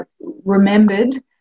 remembered